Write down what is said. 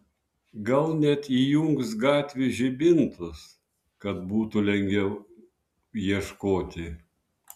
gal net įjungs gatvių žibintus kad būtų lengviau ieškoti